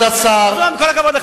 עם כל הכבוד לך,